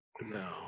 no